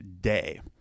day